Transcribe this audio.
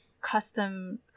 custom